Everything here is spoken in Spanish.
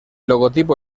logotipo